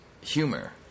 humor